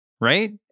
right